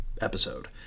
episode